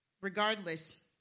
Regardless